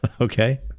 Okay